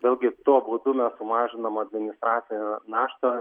vėlgi tuo būdu mes sumažinam administracinę naštą